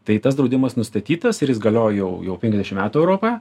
tai tas draudimas nustatytas ir jis galioja jau jau penkiasdešim metų europoje